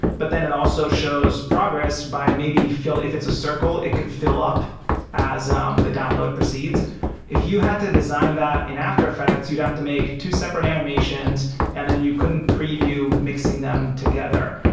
but then it also shows progress by maybe if it's a circle, it could fi ll up as um the download proceeds if you had to design that in after effects, you'd have to make two separate animations and then you couldn't preview mixing them together.